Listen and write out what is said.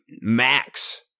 max